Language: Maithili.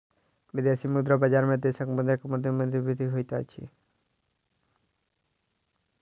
विदेशी मुद्रा बजार में देशक मुद्रा के मूल्य निर्धारित होइत अछि